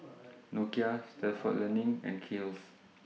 Nokia Stalford Learning and Kiehl's